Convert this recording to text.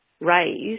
raised